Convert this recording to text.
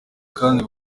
kandi